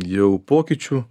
jau pokyčių